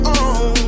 on